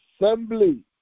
assembly